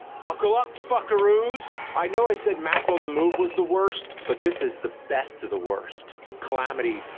buckle up, fuckaroos. i know i said math on the move was the worst, but this is the best of the worst. calamity.